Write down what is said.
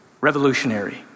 revolutionary